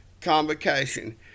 convocation